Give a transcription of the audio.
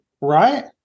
Right